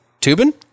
Tubin